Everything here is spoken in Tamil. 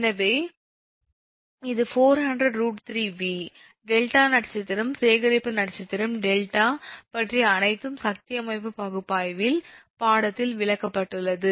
எனவே இது 400√3 𝑉 டெல்டா நட்சத்திரம் சேகரிப்பு நட்சத்திரம் டெல்டா பற்றி அனைத்தும் சக்தி அமைப்பு பகுப்பாய்வு பாடத்தில் விளக்கப்பட்டுள்ளது